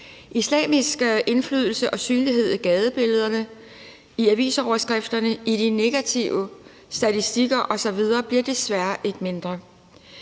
Islamisk indflydelse og synlighed i gadebilledet, i avisoverskrifterne, i de negative statistikker osv. bliver desværre ikke mindre.